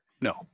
No